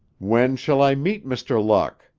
when shall i meet mr. luck?